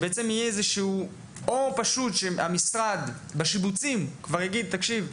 כדי שהמשרד בשיבוצים יגיד: "תקשיב,